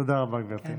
תודה רבה, גברתי.